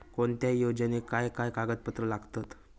कोणत्याही योजनेक काय काय कागदपत्र लागतत?